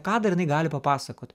ką dar jinai gali papasakot